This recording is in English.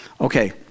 Okay